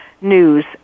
News